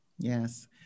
Yes